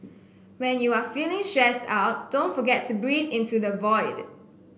when you are feeling stressed out don't forget to breathe into the void